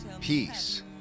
peace